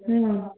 ம்